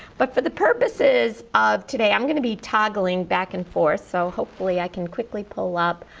but for the purposes of today, i'm going to be toggling back and forth, so hopefully i can quickly pull up.